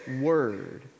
word